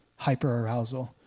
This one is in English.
hyperarousal